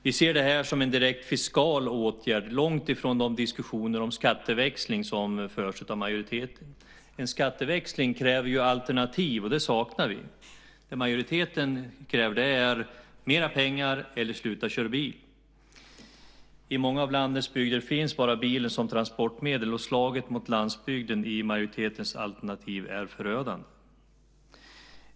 Vi ser det här som en direkt fiskal åtgärd, långt ifrån de diskussioner om skatteväxling som förs av majoriteten. En skatteväxling kräver ju alternativ, och det saknar vi här. Det majoriteten kräver är: Mer pengar eller sluta kör bil! I många av landets bygder finns bara bilen som transportmedel. Slaget mot landsbygden i majoritetens alternativ är förödande.